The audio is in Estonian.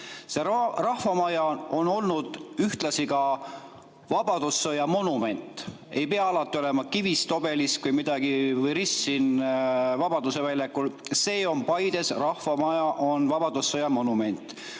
See rahvamaja on olnud ühtlasi ka vabadussõja monument. Ei pea alati olema kivist obelisk või rist siin Vabaduse väljakul. See on Paides. Rahvamaja on vabadussõja monument.